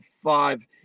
five